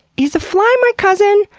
is a fly my cousin?